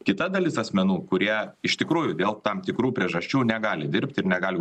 kita dalis asmenų kurie iš tikrųjų dėl tam tikrų priežasčių negali dirbti ir negali